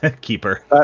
keeper